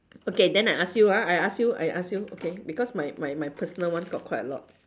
okay then I ask you ah I ask you I ask you okay because my my my personal one got quite a lot